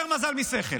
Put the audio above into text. יותר מזל משכל.